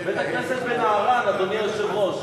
אדוני היושב-ראש,